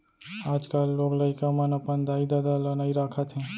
आजकाल लोग लइका मन अपन दाई ददा ल नइ राखत हें